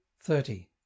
Thirty